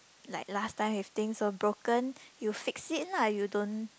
like last time your things so broken you fix it lah you don't